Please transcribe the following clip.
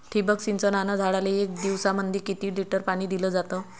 ठिबक सिंचनानं झाडाले एक दिवसामंदी किती लिटर पाणी दिलं जातं?